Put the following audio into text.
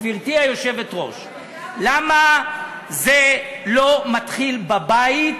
גברתי היושבת-ראש, למה זה לא מתחיל בבית?